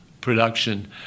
production